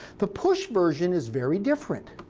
the push version is very different.